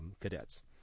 cadets